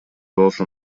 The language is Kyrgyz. болушу